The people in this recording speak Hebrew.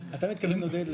אתה מתכוון עודד,